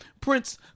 Prince